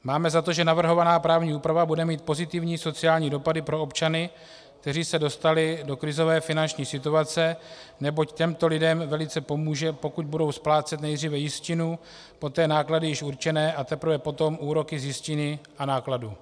Máme za to, že navrhovaná právní úprava bude mít pozitivní sociální dopady pro občany, kteří se dostali do krizové finanční situace, neboť těmto lidem velice pomůže, pokud budou splácet nejdříve jistinu, poté náklady již určené, a teprve potom úroky z jistiny a nákladů.